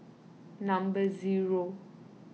number zero